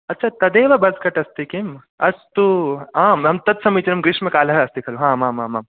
अच्चा तदेव बस् कटस्ति किं अस्तु आम् तत् समीचीनं ग्रीष्मकालः अस्ति खलु ह आमामाम्